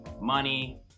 money